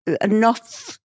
enough